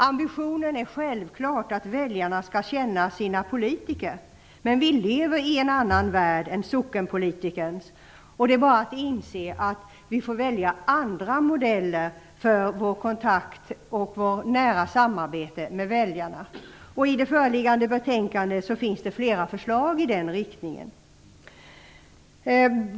Ambitionen är självfallet att väljarna skall känna sina politiker, men vi lever i en annan värld än sockenpolitikerns. Det är bara att inse att vi får välja andra modeller för vår kontakt och vårt nära samarbete med väljarna. I det föreliggande betänkandet finns det flera förslag i den riktningen.